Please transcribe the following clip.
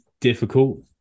difficult